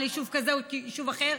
על יישוב כזה או יישוב אחר.